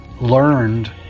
learned